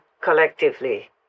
collectively